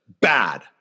bad